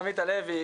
הלוי,